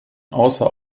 außer